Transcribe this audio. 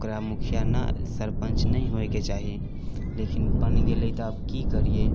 ओकरा मुखिया ने सरपञ्च नहि होइके चाही लेकिन बनि गेलै तऽ आब कि करियै